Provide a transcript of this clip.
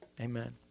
amen